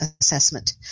assessment